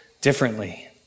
differently